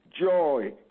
Joy